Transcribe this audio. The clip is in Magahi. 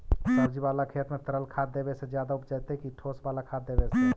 सब्जी बाला खेत में तरल खाद देवे से ज्यादा उपजतै कि ठोस वाला खाद देवे से?